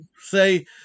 say